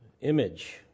image